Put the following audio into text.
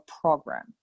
program